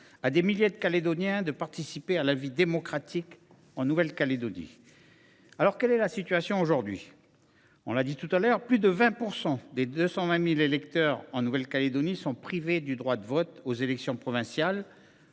à des milliers de Calédoniens de participer à la vie démocratique de la Nouvelle Calédonie. Quelle est la situation aujourd’hui ? Plus de 20 % des 220 000 électeurs en Nouvelle Calédonie sont privés du droit de vote aux élections provinciales.